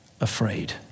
afraid